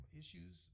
issues